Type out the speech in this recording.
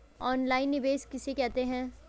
Online निवेश किसे कहते हैं?